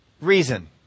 reason